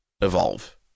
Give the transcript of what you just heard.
evolve